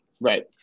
Right